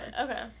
okay